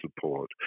support